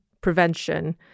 prevention